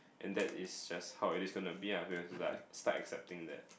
and that is just how it is gonna be uh so have to like start accepting that